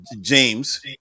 James